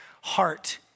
heart